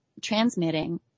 transmitting